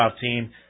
team